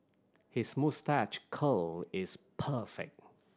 his moustache curl is perfect